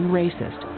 racist